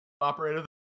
operator